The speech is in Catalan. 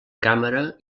càmera